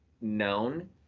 known